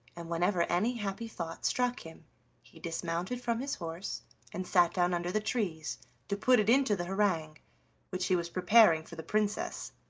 and whenever any happy thought struck him he dismounted from his horse and sat down under the trees to put it into the harangue which he was preparing for the princess,